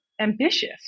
ambitious